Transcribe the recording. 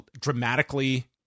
dramatically